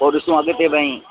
पोइ ॾिसूं अॻिते बईं